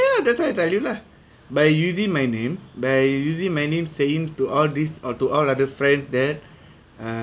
ya that's why I tell you lah by using my name by using many saying to all these onto all other friends that